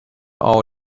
all